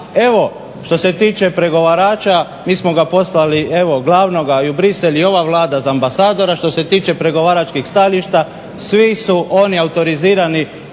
evo što se tiče pregovarača, mi smo ga poslali, evo glavnoga i u Bruxelles i ova vlada za ambasadora, što se tiče pregovaračkih stajališta svi su oni autorizirani